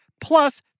plus